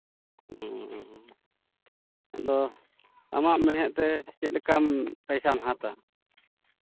ᱚᱻ ᱟᱫᱚ ᱟᱢᱟᱜ ᱢᱮᱬᱦᱮᱫ ᱛᱮ ᱪᱮᱫ ᱞᱮᱠᱟ ᱯᱚᱭᱥᱟᱢ ᱦᱟᱛᱟᱣᱟ